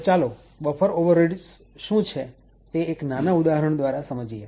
તો ચાલો buffer overreads શું છે તે એક નાના ઉદાહરણ દ્વારા સમજીએ